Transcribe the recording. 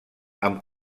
amb